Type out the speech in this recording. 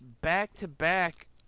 back-to-back